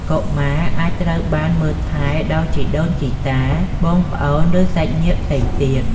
កុមារអាចត្រូវបានមើលថែដោយជីដូនជីតា បងប្អូន ឬសាច់ញាតិផ្សេងទៀត។